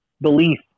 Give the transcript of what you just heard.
belief